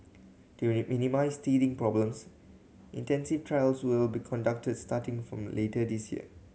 to minimise teething problems intensive trials will be conducted starting from later this year